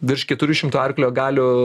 virš keturių šimtų arklio galių